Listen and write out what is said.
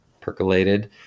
percolated